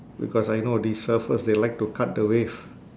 because I know these surfers they like to cut the wave